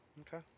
Okay